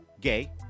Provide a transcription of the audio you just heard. gay